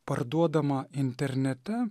parduodama internete